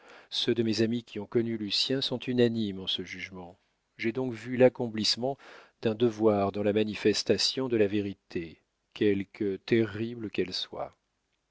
ceux de mes amis qui ont connu lucien sont unanimes en ce jugement j'ai donc vu l'accomplissement d'un devoir dans la manifestation de la vérité quelque terrible qu'elle soit